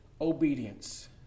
obedience